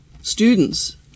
students